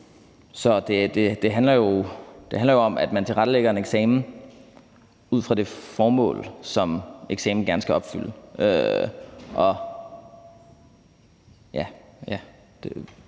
Så det handler jo om, at man tilrettelægger en eksamen ud fra det formål, som eksamenen gerne skal opfylde.